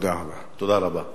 תודה רבה.